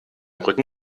rücken